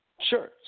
Sure